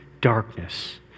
darkness